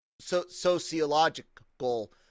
sociological